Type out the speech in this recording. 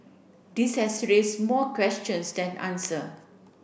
this has raised more questions than answer